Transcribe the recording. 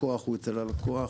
הכוח הוא אצל הלקוח,